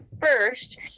first